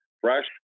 fresh